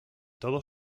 todo